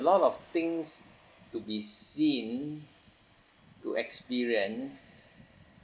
lot of things to be seen to experience